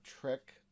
trick